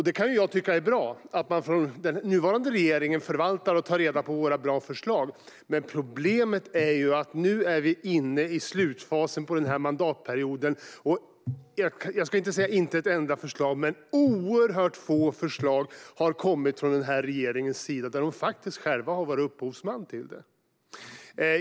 Det är bra att den nuvarande regeringen förvaltar och tar reda på våra bra förslag, men problemet är att vi nu är inne i slutfasen på den här mandatperioden och att oerhört få förslag har kommit från den här regeringens sida där regeringen själv har varit upphovsman.